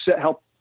help